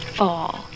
fall